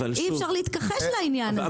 אי אפשר להתכחש לעניין הזה.